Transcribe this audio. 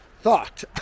thought